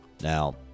Now